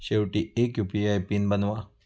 शेवटी एक UPI PIN बनवा